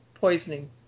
poisoning